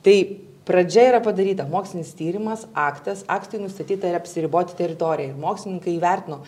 tai pradžia yra padaryta mokslinis tyrimas aktas aktui nustatyta yra apsiriboti teritoriją ir mokslininkai įvertino